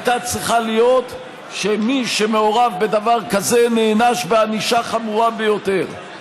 הייתה צריכה להיות שמי שמעורב בדבר כזה נענש בענישה חמורה ביותר,